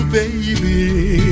baby